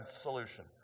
solution